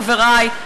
חברי,